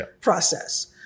process